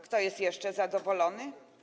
Kto jest jeszcze zadowolony?